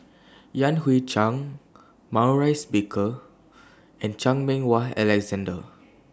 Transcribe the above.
Yan Hui Chang Maurice Baker and Chan Meng Wah Alexander